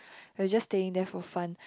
we're just staying there for fun